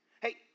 Hey